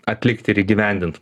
atlikt ir įgyvendint